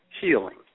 healing